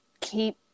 keep